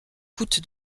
coûte